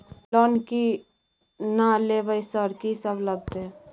Loan की ना लेबय सर कि सब लगतै?